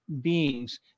beings